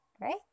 right